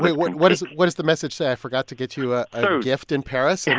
wait, what what is what does the message say? i forgot to get you a gift in paris, and